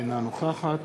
אינה נוכחת